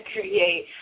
create